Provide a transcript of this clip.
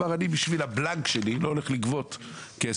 הוא אמר שבשביל הבלנק שלו לא הולך לגבות כסף.